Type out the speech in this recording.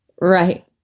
Right